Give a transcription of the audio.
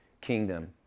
kingdom